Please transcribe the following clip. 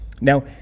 now